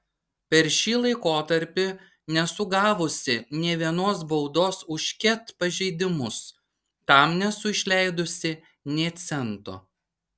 per šį laikotarpį nesu gavusi nė vienos baudos už ket pažeidimus tam nesu išleidusi nė cento